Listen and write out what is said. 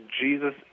Jesus